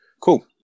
Cool